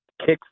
kicks